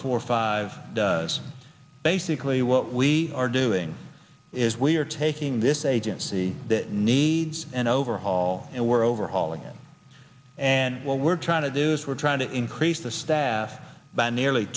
four five basically what we are doing is we are taking this agency that needs an overhaul and we're overhauling it and what we're trying to do is we're trying to increase the staff by nearly